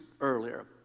earlier